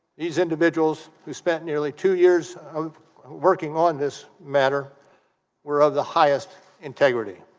these individuals who spent nearly two years of working on this matter were of the highest integrity,